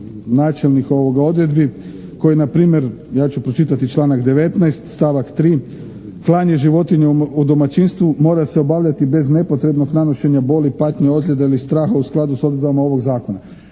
načelnih odredbi koji npr., ja ću pročitati članak 19. stavak 3.: "Klanje životinja u domaćinstvu mora se obavljati bez nepotrebnog nanošenja boli, patnje, ozljeda ili straha u skladu s odredbama ovog Zakona."